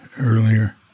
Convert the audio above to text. earlier